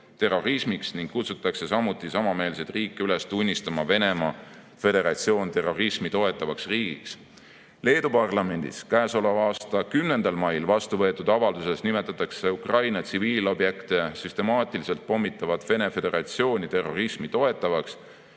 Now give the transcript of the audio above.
terrorismiks ning kutsutakse samameelseid riike üles tunnistama Venemaa Föderatsiooni terrorismi toetavaks riigiks. Leedu parlamendis käesoleva aasta 10. mail vastu võetud avalduses nimetatakse Ukraina tsiviilobjekte süstemaatiliselt pommitavat Venemaa Föderatsiooni terrorismi toetavaks